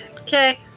Okay